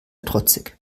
trotzig